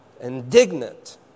Indignant